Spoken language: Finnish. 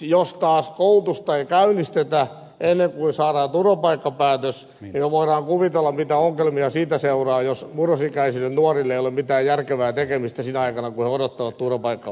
jos taas koulutusta ei käynnistetä ennen kuin saadaan turvapaikkapäätös niin voidaan kuvitella mitä ongelmia siitä seuraa jos murrosikäisille nuorille ole mitään järkevää tekemistä sinä aikana kun he odottavat turvapaikkapäätöstä